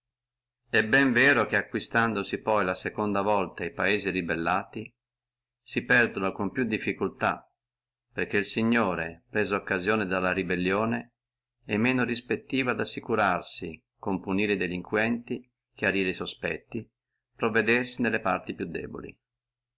è ben vero che acquistandosi poi la seconda volta e paesi rebellati si perdono con più difficultà perché el signore presa occasione dalla rebellione è meno respettivo ad assicurarsi con punire e delinquenti chiarire e sospetti provvedersi nelle parti più deboli